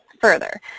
further